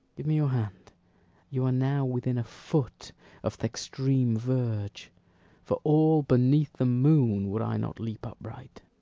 give me your hand you are now within a foot of th' extreme verge for all beneath the moon would i not leap upright.